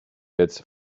its